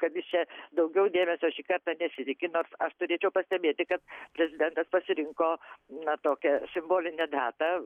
kad jis čia daugiau dėmesio šį kartą nesitiki nors aš turėčiau pastebėti kad prezidentas pasirinko na tokią simbolinę datą